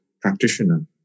practitioner